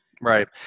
Right